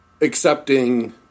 accepting